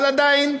אבל עדיין,